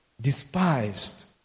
despised